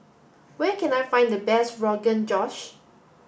where can I find the best Rogan Josh